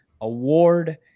award